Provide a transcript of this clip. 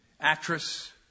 actress